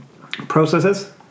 processes